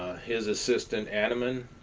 his assistant, anneman,